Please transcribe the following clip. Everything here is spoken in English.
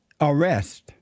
arrest